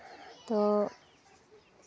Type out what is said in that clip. ᱛᱚ